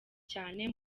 cyane